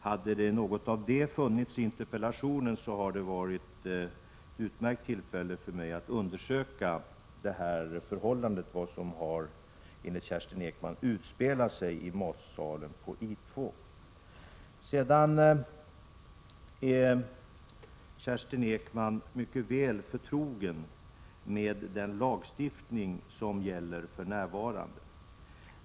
Hade någonting av detta funnits med i interpellationen, hade det gett mig ett utmärkt tillfälle att undersöka det som enligt Kerstin Ekman utspelat sig i matsalen på I 2. Kerstin Ekman är väl förtrogen med den lagstiftning som gäller för närvarande.